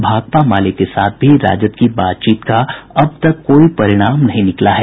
भाकपा माले के साथ भी राजद की बातचीत का अब तक कोई परिणाम नहीं निकला है